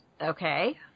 Okay